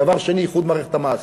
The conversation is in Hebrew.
דבר שני, איחוד מערכת המס.